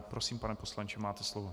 Prosím, pane poslanče, máte slovo.